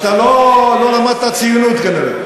אתה לא למדת ציונות, כנראה.